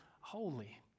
holy